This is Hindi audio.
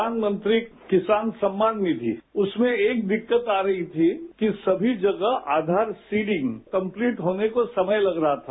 प्रधानमंत्री किसान सम्मान निधि उसमें एक दिक्कत आ रही थी कि सभी जगह आधार सीडिंग कम्पतीट होने को समय लग रहा था